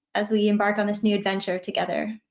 as we embark on this new adventure together.